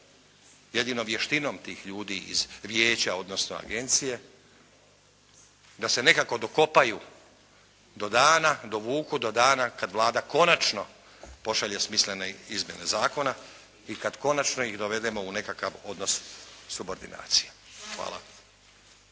Jedino vještinom tih ljudi iz Vijeća, odnosno agencije da se nekako dokopaju do dana, dovuku do dana kada Vlada konačno pošalje smislene izmjene zakona i kada konačno ih dovedemo u nekakav odnos subordinacija. Hvala.